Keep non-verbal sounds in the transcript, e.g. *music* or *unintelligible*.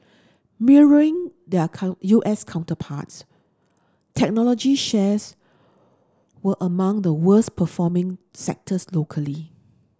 mirroring their *unintelligible* U S counterparts technology shares were among the worst performing sectors locally